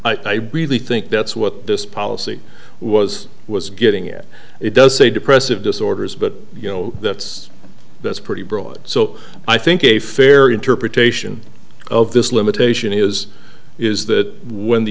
i really think that's what this policy was was getting at it does say depressive disorders but you know that's that's pretty broad so i think a fair interpretation of this limitation is is that when the